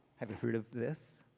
have you heard of this?